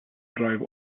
drive